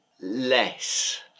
Less